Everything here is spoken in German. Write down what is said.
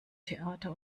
theater